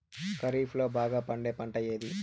ఖరీఫ్ లో బాగా పండే పంట ఏది?